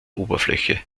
oberfläche